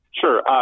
sure